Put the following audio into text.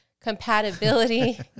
compatibility